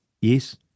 yes